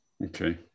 Okay